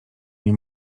nie